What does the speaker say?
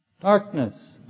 Darkness